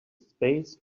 space